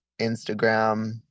Instagram